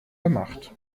gemacht